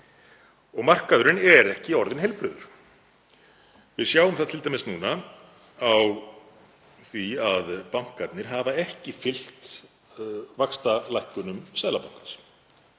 Markaðurinn er ekki orðinn heilbrigður. Við sjáum það t.d. núna á því að bankarnir hafa ekki fylgt vaxtalækkunum Seðlabankans.